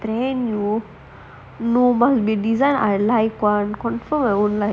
brand new no must be design I like one confirm I won't like